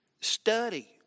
Study